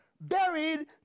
buried